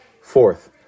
Fourth